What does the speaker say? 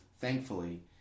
thankfully